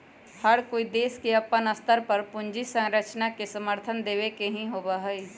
हर कोई देश के अपन स्तर पर पूंजी संरचना के समर्थन देवे के ही होबा हई